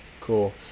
Cool